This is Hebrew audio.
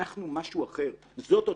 אנחנו משהו אחר, זאת עוצמתנו,